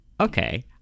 Okay